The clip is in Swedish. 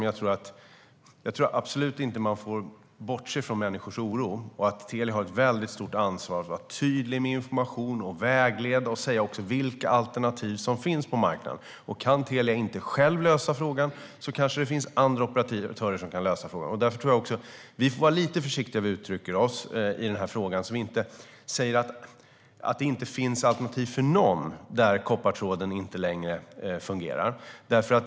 Jag tror absolut inte att man får bortse från människors oro, och Telia har ett stort ansvar för att vara tydlig med information, vägleda och också säga vilka alternativ som finns på marknaden. Kan Telia inte själv lösa frågan kanske det finns andra operatörer som kan lösa frågan. Vi får vara lite försiktiga med hur vi uttrycker oss i den här frågan, så att vi inte säger att det inte finns alternativ för någon där koppartråden inte längre fungerar.